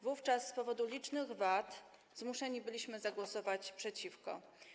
Wówczas z powodu licznych wad zmuszeni byliśmy zagłosować przeciwko.